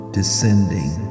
descending